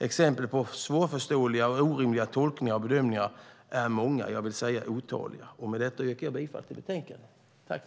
Exempel på svårförståeliga och orimliga tolkningar och bedömningar är många, jag vill säga otaliga. Med detta yrkar jag bifall till utskottets förslag i betänkandet.